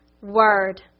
word